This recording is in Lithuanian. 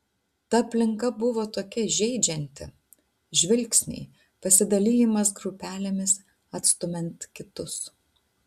ta aplinka buvo tokia žeidžianti žvilgsniai pasidalijimas grupelėmis atstumiant kitus